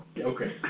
Okay